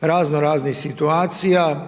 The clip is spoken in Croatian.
razno raznih situacija,